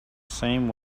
same